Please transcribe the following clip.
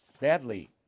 badly